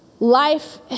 life